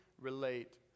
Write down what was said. relate